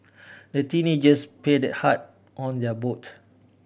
the teenagers paddled hard on their boat